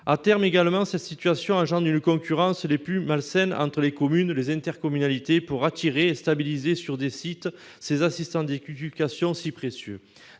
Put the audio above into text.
À terme, une telle situation engendre une concurrence des plus malsaines entre les communes et les intercommunalités pour attirer et stabiliser sur des sites ces assistants d'éducation si précieux.